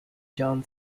john